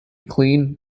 clean